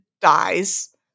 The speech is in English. dies